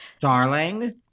Darling